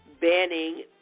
banning